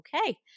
okay